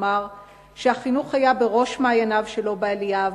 אמר שהחינוך היה בראש מעייניו של לובה אליאב.